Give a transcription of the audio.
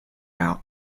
out